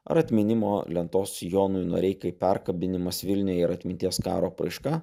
ar atminimo lentos jonui noreikai perkabinimas vilniuje yra atminties karo apraiška